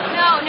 no